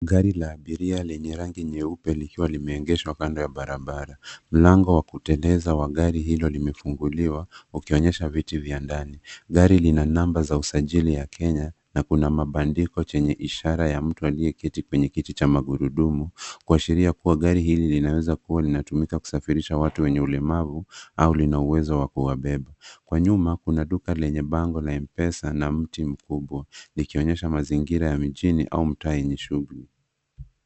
Gari la abiria lenye rangi nyeupe likiwa limeegeshwa kando ya barabara. Mlango wa kuteleza wa gari hilo limefunguliwa ukionyesha viti vya ndani. Gari lina namba za usajili ya Kenya na kuna mabandiko chenye ishara ya mtu aliyeketi kwenye kiti cha magurudumu, kuashiria kuwa gari hili linaweza kuwa linatumika kusafirisha watu wenye ulemavu au lina uwezo wa kuwabeba. Kwa nyuma, kuna duka lenye bango la M-PESA na mti mkubwa likionyesha mazingira ya mijini au mtaa lenye shughuli.